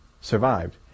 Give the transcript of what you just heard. survived